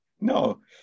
No